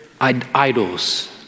idols